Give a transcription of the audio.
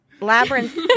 labyrinth